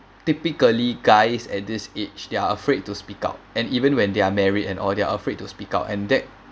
typically guys at this age they're afraid to speak out and even when they're married and all they're afraid to speak out and that